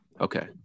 Okay